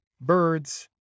birds